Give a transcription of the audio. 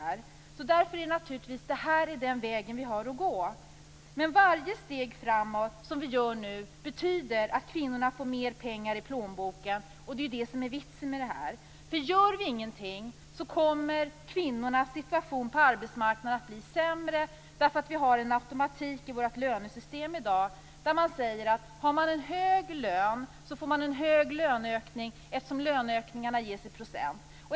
Därför är naturligtvis det här den väg vi har att gå. Men varje steg framåt som vi tar nu betyder att kvinnorna får mer pengar i plånboken, och det är ju det som är vitsen med detta. Om vi inte gör någonting kommer kvinnornas situation på arbetsmarknaden att bli sämre. I dag har vi en automatik i vårt lönesystem som innebär att om man har en hög lön får man en stor löneökning, eftersom löneökningarna ges i procent.